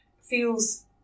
feels